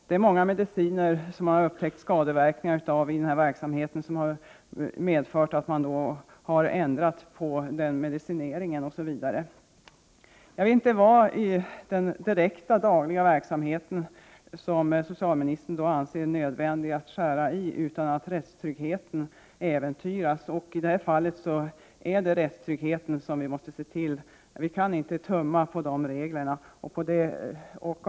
Man har i den här verksamheten upptäckt skadeverkningar av många mediciner, vilket lett till att man ändrat föreskrifter för medicinering osv. Jag vet inte vad socialministern anser vara nödvändigt att skära bort i den direkta dagliga verksamheten, utan att rättstryggheten äventyras. I det här fallet är det till rättstryggheten som vi måste se. Vi kan inte tumma på de regler som skall skydda den.